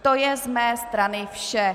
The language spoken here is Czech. To je z mé strany vše.